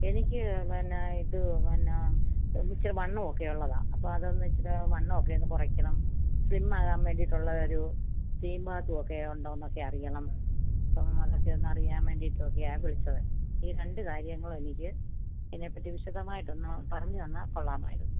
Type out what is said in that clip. എനിക്ക് പിന്നെ ഇത് പിന്നെ ഇച്ചിരി വണ്ണം ഒക്കെ ഉള്ളതാണ് അപ്പം അതൊന്ന് ഇച്ചിരെ വണ്ണമൊക്കെ ഒന്ന് കുറയ്ക്കണം സ്ലിം ആകാൻ വേണ്ടിയിട്ടുള്ള ഒരു സ്റ്റീം ബാത്ത് ഒക്കെ ഉണ്ടോന്നൊക്കേ അറിയണം അപ്പം അതൊക്കെ ഒന്ന് അറിയാൻ വേണ്ടിട്ടൊക്കെയാണ് വിളിച്ചത് ഈ രണ്ടു കാര്യങ്ങളും എനിക്ക് അതിനെപ്പറ്റി വിശദമായിട്ട് ഒന്ന് പറഞ്ഞു തന്നാൽ കൊള്ളാമായിരുന്നു